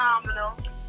Phenomenal